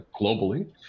globally